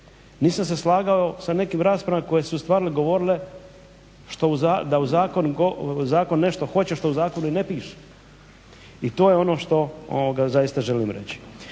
Nisam se slagao sa nekim raspravama koje su stvarno govorile da u zakon nešto hoće što u zakonu i ne piše i to je ono što zaista želim reći.